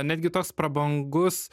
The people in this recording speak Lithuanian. netgi toks prabangus